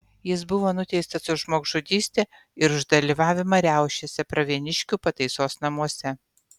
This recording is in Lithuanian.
jis buvo nuteistas už žmogžudystę ir už dalyvavimą riaušėse pravieniškių pataisos namuose